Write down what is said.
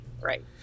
right